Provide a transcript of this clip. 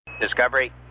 Discovery